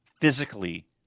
physically